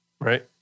right